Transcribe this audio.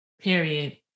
Period